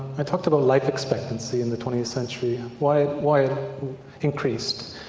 i talked about life expectancy in the twentieth century, why it why it increased.